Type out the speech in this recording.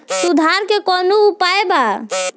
सुधार के कौनोउपाय वा?